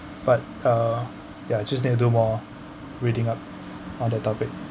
but uh yeah just need to do more reading up on the topic